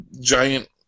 giant